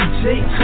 take